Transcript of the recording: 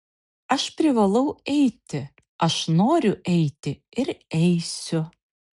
aš privalau eiti aš noriu eiti ir eisiu